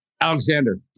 Alexander